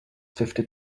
fifty